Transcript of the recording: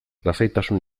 lasaitasun